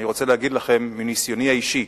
אני רוצה להגיד לכם, מניסיוני האישי,